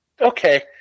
okay